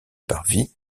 parvis